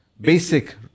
basic